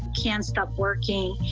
can't stop working.